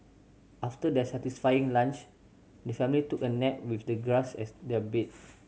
after their satisfying lunch the family took a nap with the grass as their bed